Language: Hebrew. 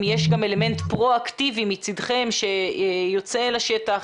יש גם אלמנט פרואקטיבי מצדכם שיוצא את השטח,